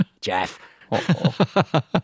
Jeff